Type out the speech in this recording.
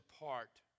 apart